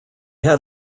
had